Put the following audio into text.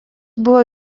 buvo